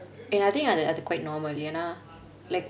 and I think அது அது:athu athu quite normal என்ன:enna like